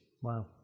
Wow